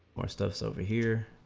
or stocks over here